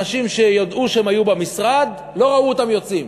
אנשים שידעו שהם היו במשרד, ולא ראו אותם יוצאים.